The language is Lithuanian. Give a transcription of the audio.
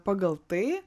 pagal tai